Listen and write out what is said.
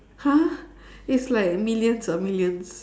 !huh! it's like millions ah millions